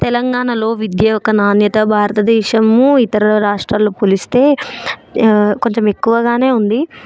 తెలంగాణలో విద్య యొక్క నాణ్యత భారతదేశం ఇతర రాష్ట్రాల పోలిస్తే కొంచెం ఎక్కువగానే ఉంది